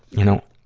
you know,